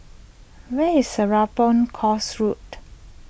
where is Serapong Course Road